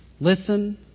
listen